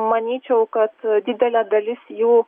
manyčiau kad didelė dalis jų